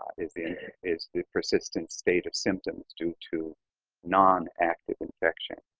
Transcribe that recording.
is the is the persistent state of symptoms due to nonactive infection?